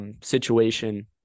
Situation